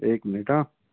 एक मिनिट हां